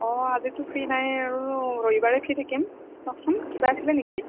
অ আজিতো ফ্ৰী নাই আৰু ৰবিবাৰে ফ্ৰী থাকিম কওকচোন কিবা আছিলে নেকি